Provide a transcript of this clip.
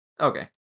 Okay